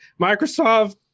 Microsoft